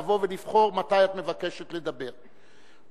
לבוא ולבחור מתי את מבקשת לדבר,